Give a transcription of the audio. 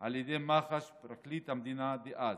על ידי מח"ש ופרקליט המדינה דאז,